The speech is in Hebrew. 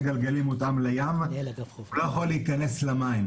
גלגלים מותאם לים לא יכול להיכנס למים,